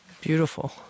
Beautiful